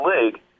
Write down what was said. league